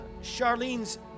Charlene's